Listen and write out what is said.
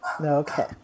Okay